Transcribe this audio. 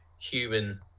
human